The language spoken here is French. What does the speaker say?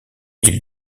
ils